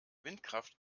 windkraft